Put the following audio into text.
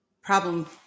problem